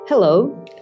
Hello